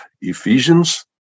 Ephesians